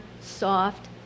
soft